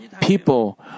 people